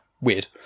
weird